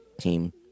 team